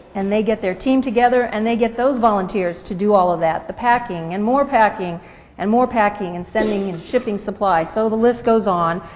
and they get their team together and they get those volunteers to do all of that, the packing and more packing and more packing and sending shipping supplies, so the list goes on.